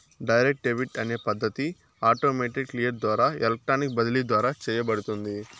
direct debit అనే పద్ధతి automated clear ద్వారా ఎలక్ట్రానిక్ బదిలీ ద్వారా చేయబడుతుంది